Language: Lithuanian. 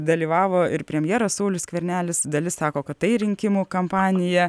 dalyvavo ir premjeras saulius skvernelis dalis sako kad tai rinkimų kampanija